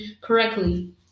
correctly